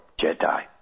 Jedi